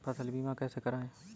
फसल बीमा कैसे कराएँ?